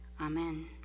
Amen